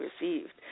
received